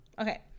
Okay